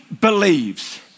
believes